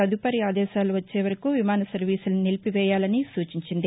తదుపరి ఆదేశాలు వచ్చే వరకు విమాన సర్వీసుల్ని నిలిపివేయాలనీ సూచించింది